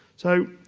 so,